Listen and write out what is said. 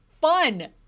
fun